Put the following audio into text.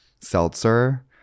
seltzer